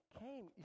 came